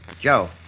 Joe